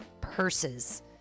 purses